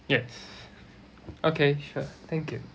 yes okay sure thank you